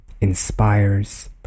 inspires